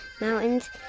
mountains